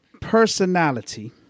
personality